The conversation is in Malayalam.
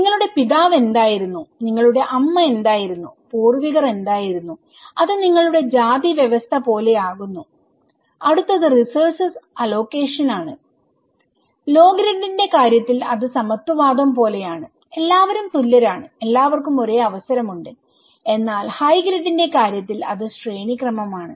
നിങ്ങളുടെ പിതാവ് എന്തായിരുന്നു നിങ്ങളുടെ അമ്മ എന്തായിരുന്നു പൂർവ്വികർ എന്തായിരുന്നു അത് നിങ്ങളുടെ ജാതി വ്യവസ്ഥ പോലെയാകുന്നു അടുത്തത് റിസോർസസ് അലോകേഷൻ ആണ്ലോ ഗ്രിഡിന്റെകാര്യത്തിൽ അത് സമത്വവാദം പോലെയാണ് എല്ലാവരും തുല്യരാണ് എല്ലാവർക്കും ഒരേ അവസരമുണ്ട് എന്നാൽ ഹൈ ഗ്രിഡിന്റെകാര്യത്തിൽ അത് ശ്രേണിക്രമമാണ്